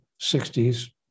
60s